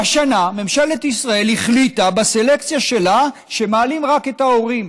והשנה ממשלת ישראל החליטה בסלקציה שלה שמעלים רק את ההורים.